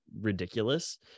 ridiculous